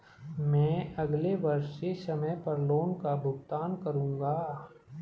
मैं अगले वर्ष से समय पर लोन का भुगतान करूंगा